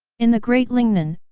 in the great lingnan,